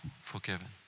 forgiven